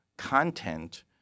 content